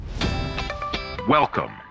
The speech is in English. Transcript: Welcome